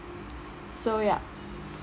so ya